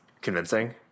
convincing